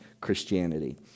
Christianity